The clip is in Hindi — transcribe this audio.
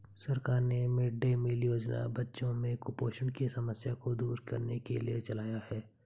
सरकार ने मिड डे मील योजना बच्चों में कुपोषण की समस्या को दूर करने के लिए चलाया है